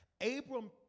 Abram